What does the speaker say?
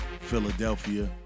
Philadelphia